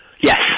Yes